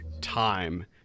time